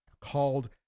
called